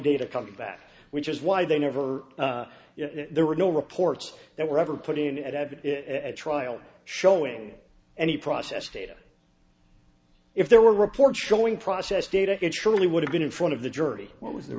data coming back which is why they never there were no reports that were ever put in and have it at trial showing any process data if there were reports showing process data it surely would have been in front of the jersey what was the